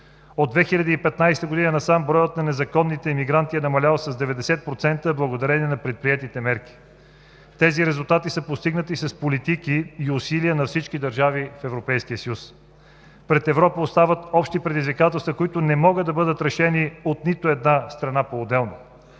От 2015 г. насам броят на незаконните имигранти е намалял с 90% благодарение на предприетите мерки. Тези резултати са постигнати с политики и усилия на всички държави в Европейския съюз. Пред Европа остават общи предизвикателства, които не могат да бъдат решени от нито една страна поотделно.